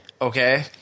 Okay